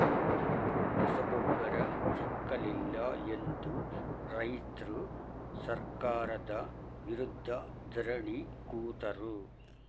ರಸಗೊಬ್ಬರ ಸಿಕ್ಕಲಿಲ್ಲ ಎಂದು ರೈತ್ರು ಸರ್ಕಾರದ ವಿರುದ್ಧ ಧರಣಿ ಕೂತರು